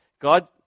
God